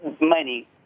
money